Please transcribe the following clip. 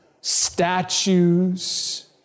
Statues